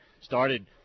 started